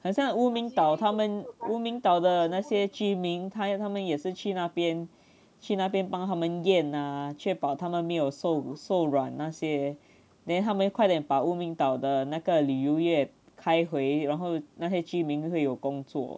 好像乌敏岛他们乌敏岛的那些居民他们也是去那边去那边帮他们验啊确保他们没有搜搜染那些 then 他们快点把乌敏岛的那个旅游业开会然后那些居民会有工作